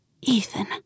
Ethan